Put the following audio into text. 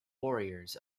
warriors